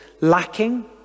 lacking